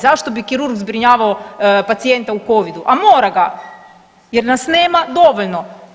Zašto bi kirurg zbrinjavao pacijenta u Covidu, a mora ga jer nas nema dovoljno.